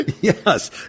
Yes